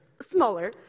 Smaller